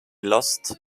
lost